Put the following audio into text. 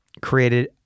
created